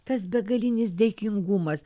tas begalinis dėkingumas